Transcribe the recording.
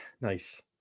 Nice